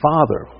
Father